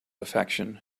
affection